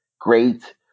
great